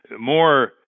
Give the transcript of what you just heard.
more